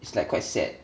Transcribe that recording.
is like quite sad